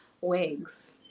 wigs